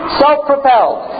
self-propelled